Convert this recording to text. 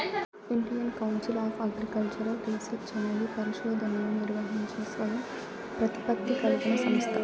Indian council of agricultural research అనేది పరిశోధనలను నిర్వహించే స్వయం ప్రతిపత్తి కలిగిన సంస్థ